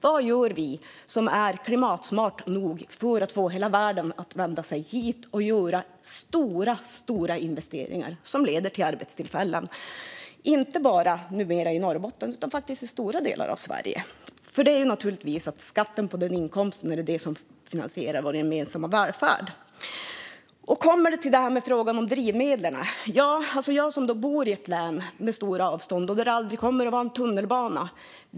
Vad gör vi som är klimatsmart nog för att få hela världen att vända sig hit och göra stora investeringar som leder till arbetstillfällen, numera inte bara i Norrbotten utan faktiskt i stora delar av Sverige? Det är naturligtvis så att skatten på inkomst är det som finansierar vår gemensamma välfärd. Jag vill också kommentera frågan om drivmedlen. Jag bor i ett län med stora avstånd där det aldrig kommer att finnas tunnelbana.